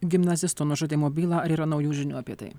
gimnazisto nužudymo bylą ar yra naujų žinių apie tai